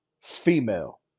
female